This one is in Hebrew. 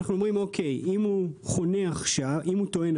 אנחנו אומרים: אם הוא טוען עכשיו,